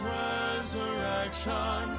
resurrection